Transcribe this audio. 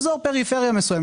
אזור פריפריה מסוים.